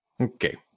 okay